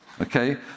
okay